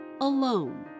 alone